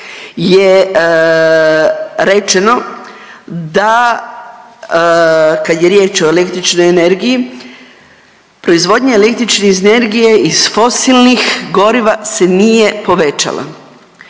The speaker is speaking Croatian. je rečeno da kad je riječ o električnoj energiji proizvodnja električne energije iz fosilnih goriva se nije povećala.